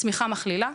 צמיחה מכלילה.